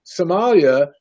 Somalia